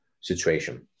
situation